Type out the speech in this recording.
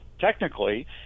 technically